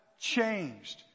changed